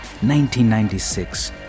1996